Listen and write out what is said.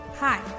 Hi